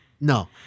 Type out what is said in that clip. No